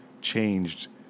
changed